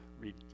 read